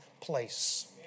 place